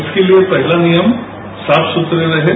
इसके लिए पहला नियम साफ सुधरे रहें